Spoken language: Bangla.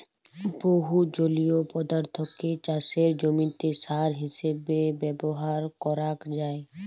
বহু জলীয় পদার্থকে চাসের জমিতে সার হিসেবে ব্যবহার করাক যায়